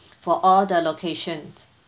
for all the locations